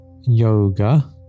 yoga